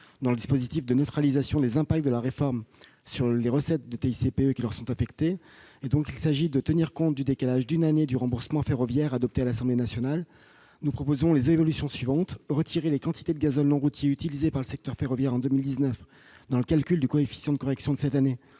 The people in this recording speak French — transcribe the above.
de taxe intérieure de consommation sur les produits énergétiques, la TICPE, qui leur sont affectées. Il s'agit de tenir compte du décalage d'une année du remboursement ferroviaire, adopté à l'Assemblée nationale. Nous proposons les évolutions suivantes : tout d'abord, retirer les quantités de gazole non routier utilisées par le secteur ferroviaire en 2019 dans le calcul du coefficient de correction de cette année,